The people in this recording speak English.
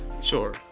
Sure